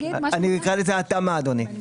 אני אקרא לזה התאמה, אדוני.